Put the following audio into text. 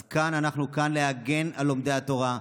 אז אנחנו כאן להגן על לומדי התורה.